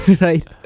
right